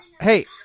hey